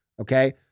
Okay